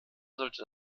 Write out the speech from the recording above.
sollte